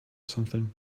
something